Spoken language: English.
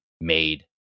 made